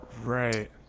Right